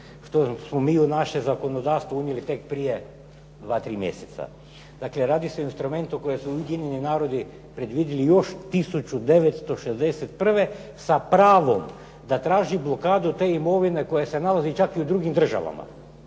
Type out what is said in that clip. što smo mi u naše zakonodavstvo unijeli tek prije 2, 3 mjeseca. Dakle, radi se o instrumentu koji su Ujedinjeni narodi predvidjeli još 1961. sa pravom da traži blokadu te imovine koja se nalazi čak i u drugim državama,